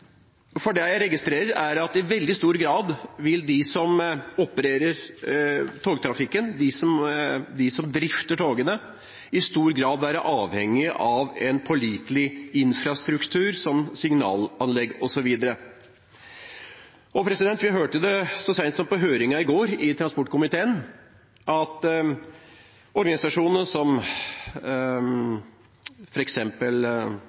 For det jeg registrerer, er at de som opererer togtrafikken, de som drifter togene, i veldig stor grad vil være avhengig av en pålitelig infrastruktur, som signalanlegg osv. Vi hørte det så sent som i går, i høringen til transportkomiteen, at organisasjoner som